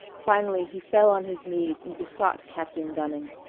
finally he fell on his knees and besought captain dunning,